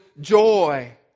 joy